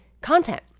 content